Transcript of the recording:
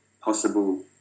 possible